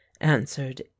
answered